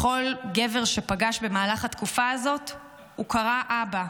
לכל גבר שפגש במהלך התקופה הזאת הוא קרא "אבא",